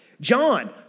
John